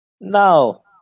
No